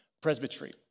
presbytery